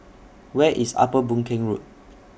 Where IS Upper Boon Keng Road